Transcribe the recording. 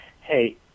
hey